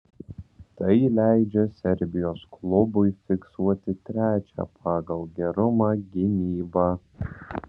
tai leidžia serbijos klubui fiksuoti trečią pagal gerumą gynybą